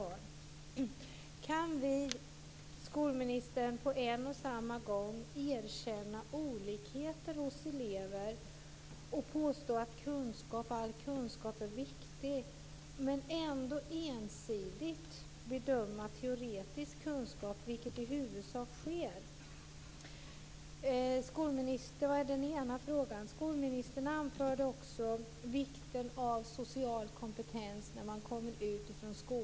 Kan vi, skolministern, på en och samma gång erkänna olikheter hos elever och påstå att all kunskap är viktig och ändå ensidigt bedöma teoretisk kunskap, vilket i huvudsak sker? Skolministern anförde också vikten av social kompetens när man kommer ut från skolan.